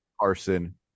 Carson